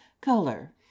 Color